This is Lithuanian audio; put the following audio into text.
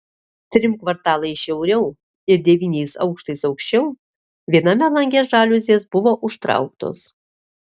trim kvartalais šiauriau ir devyniais aukštais aukščiau viename lange žaliuzės buvo užtrauktos